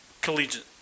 collegiate